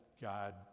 God